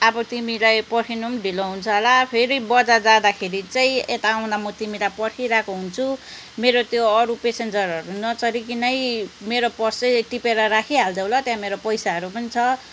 अब तिमीलाई पर्खिनु पनि ढिलो हुन्छ होला फेरि बजार जाँदाखेरि चाहिँ यता आउँदा म तिमीलाई पर्खिरहेको हुन्छु मेरो त्यो अरू पेसेन्जरहरू नचढिकनै मेरो पर्स चाहिँ टिपेर राखी हाल्देऊ ल त्यहाँ मेरो पैसाहरू पनि छ